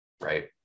right